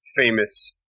famous